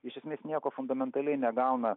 iš esmės nieko fundamentaliai negauna